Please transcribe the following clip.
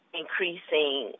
increasing